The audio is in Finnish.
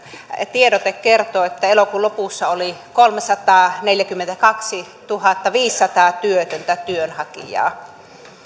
tiedote kertoo että elokuun lopussa oli kolmesataaneljäkymmentäkaksituhattaviisisataa työtöntä työnhakijaa